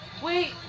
Wait